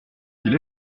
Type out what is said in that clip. qu’il